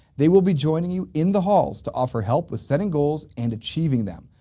they will be joining you in the halls to offer help with setting goals and achieving them.